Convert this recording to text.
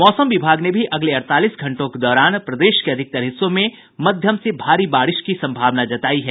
मौसम विभाग ने भी अगले अड़तालीस घंटों के दौरान प्रदेश के अधिकतर हिस्सों में मध्यम से भारी बारिश की संभावना जतायी है